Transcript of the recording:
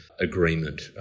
agreement